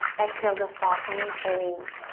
exhale to soften and fold.